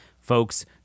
folks